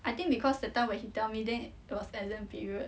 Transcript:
I think because that time when he tell me then it was exam period